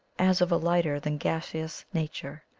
as of a lighter than gaseous nature,